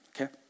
okay